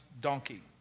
donkey